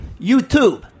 YouTube